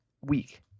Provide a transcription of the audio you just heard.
week